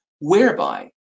whereby